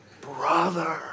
brother